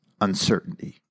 uncertainty